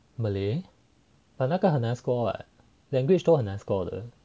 malay but 那个很难 score what language 都很难 score 的